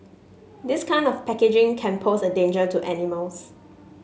this kind of packaging can pose a danger to animals